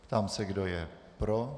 Ptám se, kdo je pro?